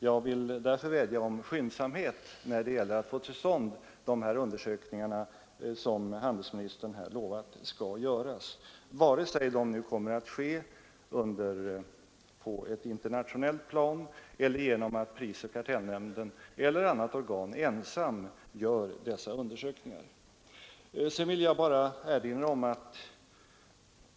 Jag vill därför vädja om skyndsamhet när det gäller att få till stånd de undersökningar som handelsministern har lovat skall göras, vare sig de nu kommer att ske på ett internationellt plan eller genom att prisoch kartellnämnden eller annat organ arbetar på egen hand.